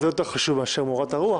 זה יותר חשוב מאשר מורת הרוח